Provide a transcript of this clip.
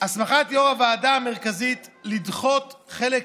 הסמכת יו"ר הוועדה המרכזית לדחות חלק